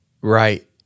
Right